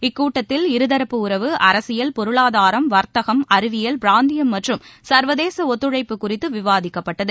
இக்கூட்டத்தில் இருதரப்பு உறவு அரசியல் பொருளாதாரம் வாத்தகம் அறிவியல் பிராந்தியம் மற்றும் சா்வதேச ஒத்துழைப்பு குறிதது விவாதிக்கப்பட்டது